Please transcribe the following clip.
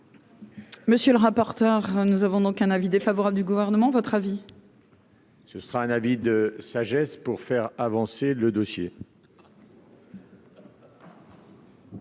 Monsieur le rapporteur, nous avons donc un avis défavorable du gouvernement votre avis. Ce sera un avis de sagesse pour faire avancer le dossier.